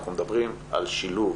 אנחנו מדברים על שילוב.